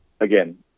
again